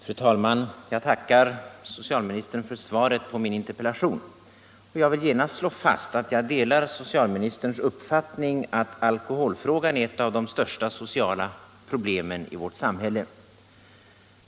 Fru talman! Jag tackar statsrådet för svaret på min interpellation. Jag vill genast slå fast att jag delar socialministerns uppfattning att alkoholfrågan är ett av de största sociala problemen i vårt samhälle.